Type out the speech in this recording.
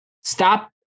stop